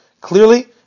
clearly